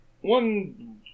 one